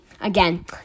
Again